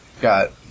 got